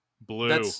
blue